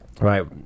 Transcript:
Right